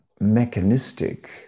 mechanistic